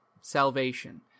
salvation